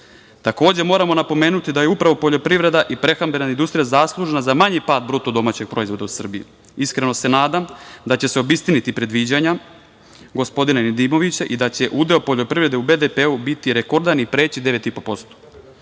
dolara. Takođe, moramo napomenuti da je upravo poljoprivreda i prehrambena industrija zaslužna za manji pad BDP-a u Srbiji. Iskreno se nadam da će se obistiniti predviđanja gospodina Nedimovića i da će udeo poljoprivrede u BDP-u biti rekordan i preći 9,5%.Što